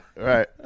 Right